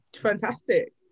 Fantastic